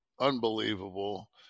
unbelievable